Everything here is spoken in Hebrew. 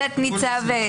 תת-ניצב.